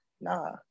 nah